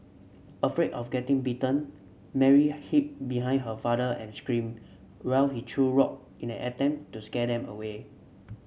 afraid of getting bitten Mary hid behind her father and screamed while he threw rock in an attempt to scare them away